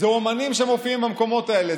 אומנים שמופיעים במקומות האלה,